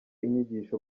inyigisho